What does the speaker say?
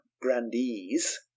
grandees